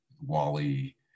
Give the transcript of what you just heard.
Wally